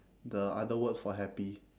the other word for happy